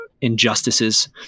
injustices